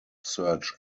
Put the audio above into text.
search